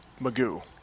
Magoo